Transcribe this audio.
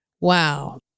Wow